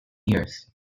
years